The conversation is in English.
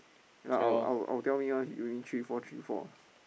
then I will I will I will tell him one he win three four three four